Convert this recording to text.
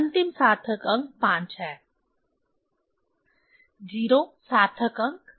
अंतिम सार्थक अंक 5 है 0 सार्थक अंक नहीं है